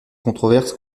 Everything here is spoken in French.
controverse